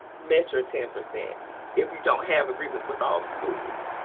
met your ten percent if you don't have agreements with all the schools.